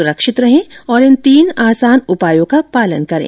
सुरक्षित रहें और इन तीन आसान उपायों का पालन करें